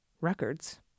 records